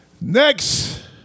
Next